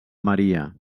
maria